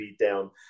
beatdown